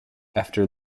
after